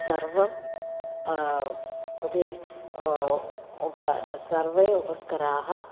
सर्वम् उपेयम् उप सर्वे उपस्कराः